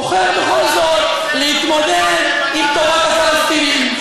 בוחר בכל זאת להתמודד עם טובת הפלסטינים.